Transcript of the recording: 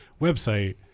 website